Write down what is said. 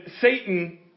Satan